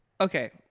okay